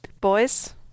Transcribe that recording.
boys